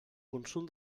consum